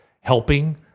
helping